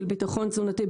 של ביטחון תזונתי,